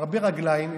מרבה רגליים,